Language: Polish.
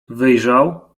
wyjrzał